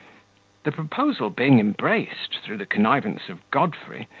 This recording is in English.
the proposal being embraced, through the connivance of godfrey,